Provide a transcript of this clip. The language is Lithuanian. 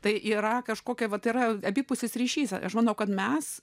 tai yra kažkokia vat yra abipusis ryšys aš manau kad mes